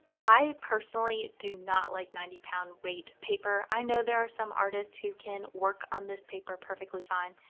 i personally do not like ninety lb weight paper. i know there are some artists who can work on this paper perfectly fine,